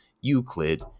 euclid